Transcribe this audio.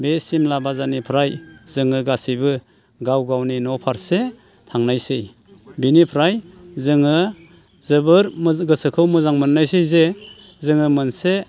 बे सिमला बाजारनिफ्राय जोङो गासिबो गाव गावनि न' फारसे थांनायसै बिनिफ्राय जोङो जोबोर गोसोखौ मोजां मोननायसै जे जोङो मोनसे